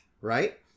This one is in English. right